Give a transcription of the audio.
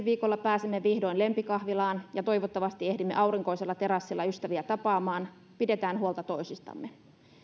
viikolla pääsemme vihdoin lempikahvilaan ja toivottavasti ehdimme aurinkoisella terassilla ystäviä tapaamaan pidetään huolta toisistamme